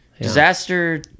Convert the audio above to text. Disaster